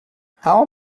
how